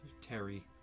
Terry